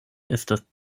estas